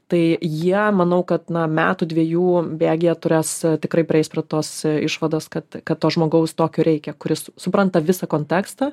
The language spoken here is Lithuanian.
tai jie manau kad na metų dviejų bėgyje turės tikrai prieis prie tos išvados kad kad to žmogaus tokio reikia kuris supranta visą kontekstą